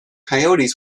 coyotes